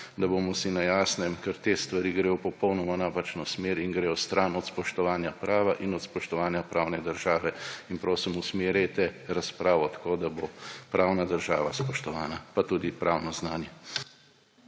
si bomo na jasnem, ker te stvari gredo v popolnoma napačno smer in gredo stran od spoštovanja prava in od spoštovanja pravne države. Prosim, usmerjajte razpravo tako, da bo pravna država spoštovana, pa tudi pravno znanje.